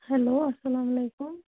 hello اسلام وعلیکُم